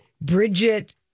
Bridget